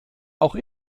auch